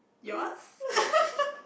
cool